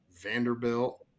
Vanderbilt